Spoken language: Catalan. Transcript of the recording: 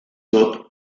tot